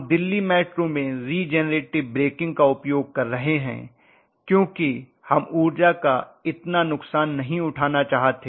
हम दिल्ली मेट्रो में regenerative braking का उपयोग कर रहे हैं क्योंकि हम ऊर्जा का इतना नुकसान नहीं उठाना चाहते हैं